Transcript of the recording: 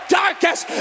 darkest